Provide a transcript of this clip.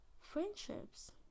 friendships